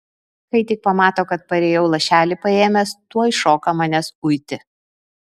kai tik pamato kad parėjau lašelį paėmęs tuoj šoka manęs uiti